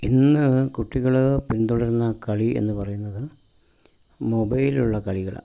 ഇന്ന് കുട്ടികൾ പിന്തുടരുന്ന കളി എന്ന് പറയുന്നത് മൊബൈലിലുള്ള കളികളാണ്